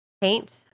paint